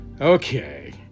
okay